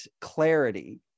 clarity